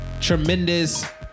tremendous